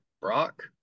Brock